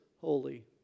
holy